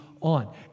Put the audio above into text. on